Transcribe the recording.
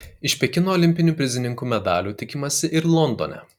iš pekino olimpinių prizininkų medalių tikimasi ir londone